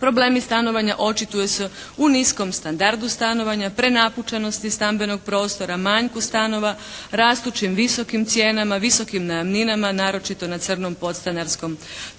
problemi stanovanja očituju se u niskom standardu stanovanja, prenapučenosti stambenog prostora, manjku stanova, rastućim visokim cijenama, visokim najamninama, naročito na crnom podstanarskom tržištu.